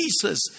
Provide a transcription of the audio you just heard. Jesus